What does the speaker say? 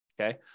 okay